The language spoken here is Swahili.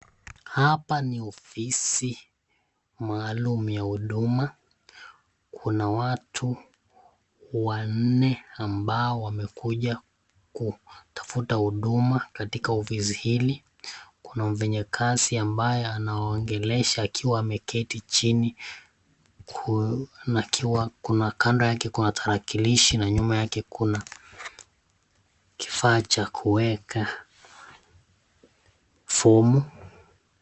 Hapa ni ofisi maalum ya huduma, kuna watu wanne ambao wamekuja kutafuta huduma katika ofisi hili, kuna mfanyakazi ambaye anawaongelesha akiwa ameketi chini, akiwa kando yake kuna tarakilishi na nyuma yake kuna kifaa cha kuweka fomu.